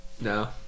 No